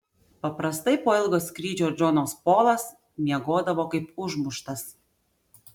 paprastai po ilgo skrydžio džonas polas miegodavo kaip užmuštas